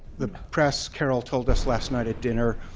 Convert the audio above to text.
the press, carol told us last night at dinner,